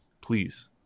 please